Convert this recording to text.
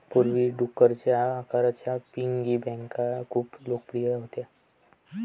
पूर्वी, डुकराच्या आकाराच्या पिगी बँका खूप लोकप्रिय होत्या